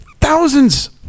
thousands